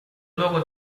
loro